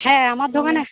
হ্যাঁ আমার দোকানে